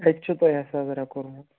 کَتہِ چھُو تۄہہِ اتھ سیزرا کوٚرمُت